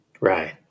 Right